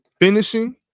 finishing